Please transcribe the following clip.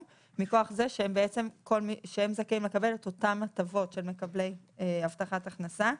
מכוח זה שהם זכאים לקבל את אותן הטבות של מקבלי הבטחת הכנסה,